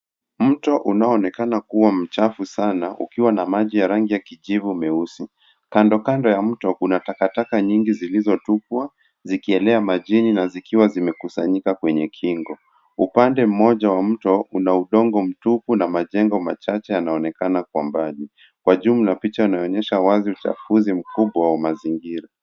Mto unaoonekana kuwa mchafu sana ukiwa na maji ya rangi ya kijivu meusi. Kandokando ya mto, kuna takataka nyingi zilizotupwa zikielea majini na zikiwa zimekusanyika kwenye kingo. Upande mmoja wa mto una udongo mtupu na majengo machache yanaonekana kwa mbali. Kwa jumla, picha inaonyesha wazi uchafuzi mkubwa wa mazingira.